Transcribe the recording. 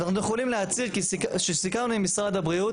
אנחנו יכולים להצהיר שסיכמנו עם משרד הבריאות